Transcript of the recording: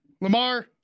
Lamar